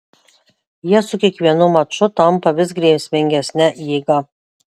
jie su kiekvienu maču tampa vis grėsmingesne jėga